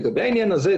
לגבי העניין הזה,